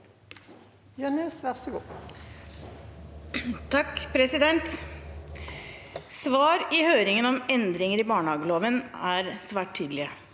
«Svar i høringen om endringer i barnehageloven er svært tydelige.